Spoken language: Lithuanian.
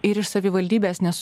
ir iš savivaldybės nes